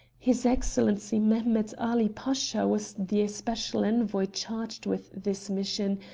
his excellency mehemet ali pasha was the especial envoy charged with this mission,